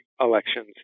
elections